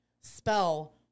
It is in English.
spell